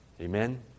Amen